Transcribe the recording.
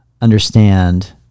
understand